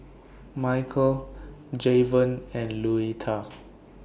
Mychal Jayvon and Louetta